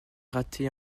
raté